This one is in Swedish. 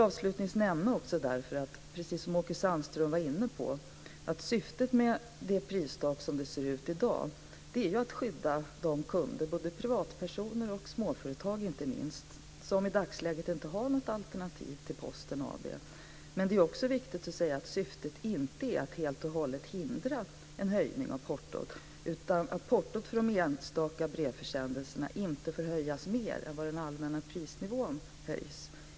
Avslutningsvis vill jag nämna, precis som Åke Sandström var inne på, att syftet med prisstoppet som det ser ut i dag är att skydda de kunder, både privatpersoner och - inte minst - småföretag, som i dagsläget inte har något alternativ till Posten AB. Men det är också viktigt att säga att syftet inte är att helt och hållet hindra en höjning av portot. Syftet är att portot för enstaka brevförsändelser inte får höjas mer än vad den allmänna prisnivån höjs.